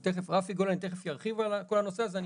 אז תכף רפי גולני תכף ירחיב על כל הנושא הזה.